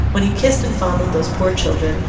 when he kissed and fondled those poor children,